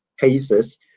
cases